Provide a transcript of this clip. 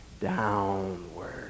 downward